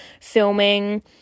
filming